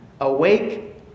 Awake